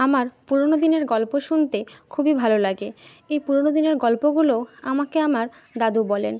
আমার পুরনো দিনের গল্প শুনতে খুবই ভালো লাগে এই পুরোনো দিনের গল্পগুলো আমাকে আমার দাদু বলেন